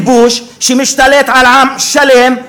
עם כיבוש שמשתלט על עם שלם,